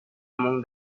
among